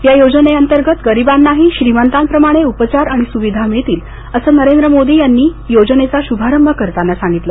या योजने अंतर्गत गरीबांनाही श्रीमंतांप्रमाणे उपचार आणि सुविधा मिळतील असं नरेंद्र मोदी यांनी योजनेचा शुभारंभ करताना सांगितलं